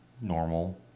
normal